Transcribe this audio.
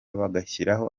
bagashyiraho